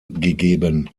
gegeben